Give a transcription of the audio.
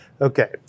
Okay